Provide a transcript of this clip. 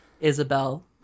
Isabel